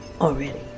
already